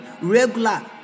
regular